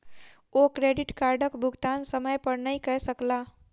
ओ credit कार्डक भुगतान समय पर नै कय सकला